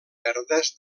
verdes